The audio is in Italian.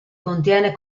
contiene